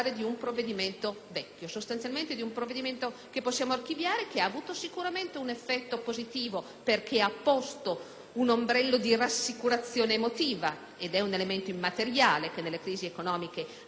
provvedimento vecchio, un provvedimento che possiamo archiviare, che ha avuto sicuramente un effetto positivo perché ha rappresentato un ombrello di rassicurazione emotiva (elemento immateriale che nelle crisi economiche ha una proprio validità),